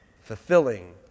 fulfilling